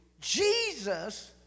Jesus